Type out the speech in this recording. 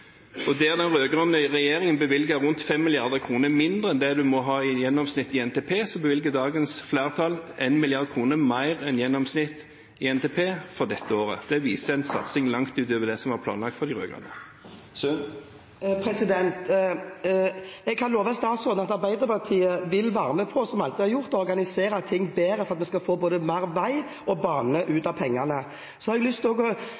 Og der den rød-grønne regjeringen bevilget rundt 5 mrd. kr mindre enn det du må ha i gjennomsnitt i NTP, så bevilger dagens flertall 1 mrd. kr mer enn gjennomsnitt i NTP for dette året. Det viser en satsing langt utover det som var planlagt fra de rød-grønne. Jeg har lovet statsråden at Arbeiderpartiet vil være med på, som vi alltid har gjort, å organisere ting bedre, for at vi skal få mer vei og bane ut av pengene. Så vil jeg gjøre statsråden oppmerksom på at også Arbeiderpartiet har fortsatt å